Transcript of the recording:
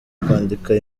kwandika